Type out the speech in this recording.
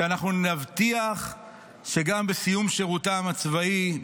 שאנחנו נבטיח שגם בסיום שירותם הצבאי,